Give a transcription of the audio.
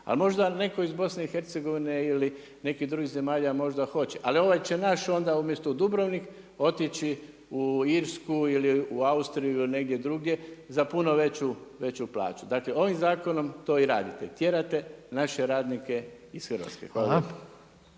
Ali možda neko iz BiH ili neki drugih zemalja možda hoće. Ali ovaj će naš onda umjesto u Dubrovnik otići u Irsku ili u Austriju ili negdje drugdje za puno veću plaću. Dakle ovim zakonom to i radite, tjerate naše radnike iz Hrvatske. Hvala